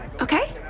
Okay